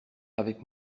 avec